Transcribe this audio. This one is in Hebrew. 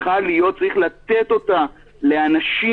שר החינוך ויודיע שמי שרוצה לבוא ללימודים יצטרך